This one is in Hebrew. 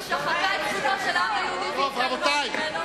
ששחקה את עקרון זכותו של העם היהודי והתעלמה ממנו.